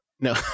no